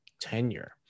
tenure